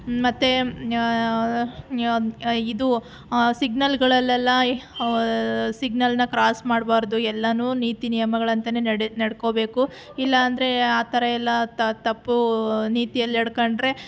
ಮತ್ತೆ ಇದು ಸಿಗ್ನಲ್ಗಳಲ್ಲೆಲ್ಲ ಸಿಗ್ನಲ್ನ ಕ್ರಾಸ್ ಮಾಡಬಾರ್ದು ಎಲ್ಲನೂ ನೀತಿ ನಿಯಮಗಳಂತೆ ನೆಡೆ ನಡ್ಕೋಬೇಕು ಇಲ್ಲ ಅಂದರೆ ಆ ಥರ ಎಲ್ಲ ತಪ್ಪು ನೀತಿಯಲ್ಲಿ ನಡ್ಕೊಂಡ್ರೆ